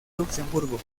luxemburgo